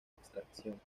abstracción